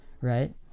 right